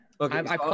Okay